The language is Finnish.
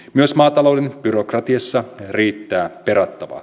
myös maatalouden byrokratiassa riittää perattavaa